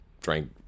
drank